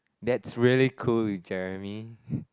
that's really cool you Jeremy